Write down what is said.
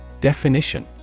Definition